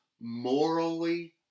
morally